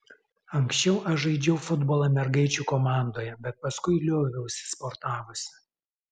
anksčiau aš žaidžiau futbolą mergaičių komandoje bet paskui lioviausi sportavusi